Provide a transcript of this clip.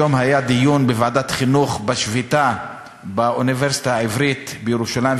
היום היה דיון בוועדת החינוך על השביתה באוניברסיטה העברית בירושלים.